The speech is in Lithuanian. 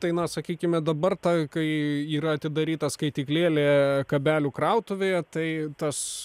tai na sakykime dabar ta kai yra atidaryta skaityklėlė kabelių krautuvėje tai tas